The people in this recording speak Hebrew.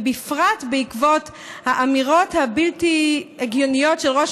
ובפרט בעקבות האמירות הבלתי-הגיוניות של ראש